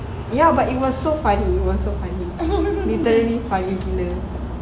ya but it was so funny was so funny literally funny gila